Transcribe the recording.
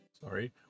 sorry